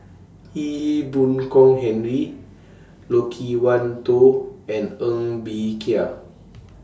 Ee Boon Kong Henry Loke Wan Tho and Ng Bee Kia